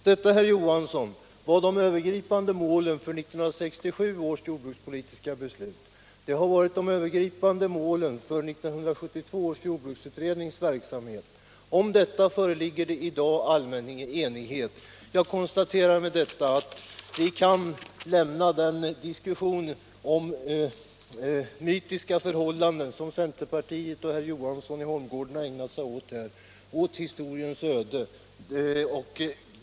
Detta, herr Johansson i Holmgården, var de övergripande målen för 1967 års jordbrukspolitiska beslut. De har också varit de övergripande målen för 1972 års jordbruksutrednings verksamhet. Om detta råder i dag allmän enighet. Jag konstaterar därmed att vi kan låta diskussionen om de mytiska förhållanden i jordbrukspolitiken som centerpartiet och herr Johansson i Holmgården här ägnat sig åt gå till historien.